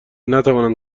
نتوانند